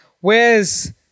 Whereas